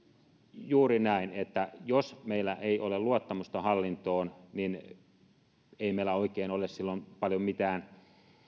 juuri näin että jos meillä ei ole luottamusta hallintoon niin ei meillä oikein ole silloin paljon mitään